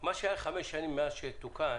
מה שהיה חמש שנים מאז תוקן,